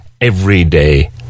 everyday